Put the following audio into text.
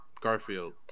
Garfield